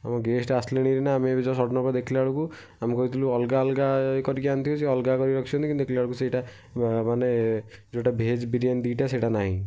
ଆମର ଗେଷ୍ଟ୍ ଆସିଲେଣି ଆମେ ଏବେ ସଡ଼ନ୍ ଦେଖିଲା ବେଳକୁ ଆମେ କହିଥିଲୁ ଅଲଗା ଅଲଗା ଇଏ କରିକି ଆଣିଥିବେ ସେ ଅଲଗା କରିକି ରଖିଛନ୍ତି ଦେଖିଲା ବେଳକୁ ସେଇଟା ମାନେ ଯେଉଁଟା ଭେଜ୍ ବିରିୟାନୀ ଦୁଇଟା ସେଇଟା ନାହିଁ